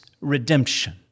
redemption